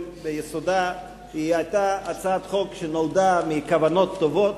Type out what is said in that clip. ביסודה היא הצעת חוק שנולדה מכוונות טובות,